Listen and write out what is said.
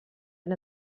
and